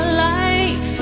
life